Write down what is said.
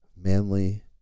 Manly